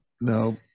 no